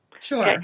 Sure